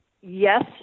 yes